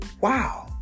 wow